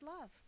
love